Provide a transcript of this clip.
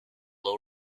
low